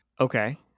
Okay